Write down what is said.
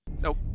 Nope